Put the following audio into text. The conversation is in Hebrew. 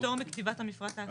פטור מכתיבת המפרט האחיד?